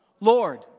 Lord